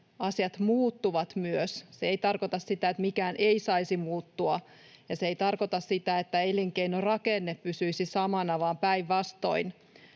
asiat muuttuvat. Se ei tarkoita sitä, että mikään ei saisi muuttua, ja se ei tarkoita sitä, että elinkeinorakenne pysyisi samana, vaan päinvastoin.